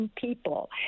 people